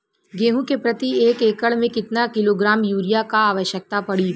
गेहूँ के प्रति एक एकड़ में कितना किलोग्राम युरिया क आवश्यकता पड़ी?